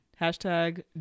hashtag